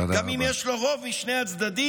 גם אם יש לו רוב משני הצדדים,